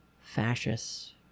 fascists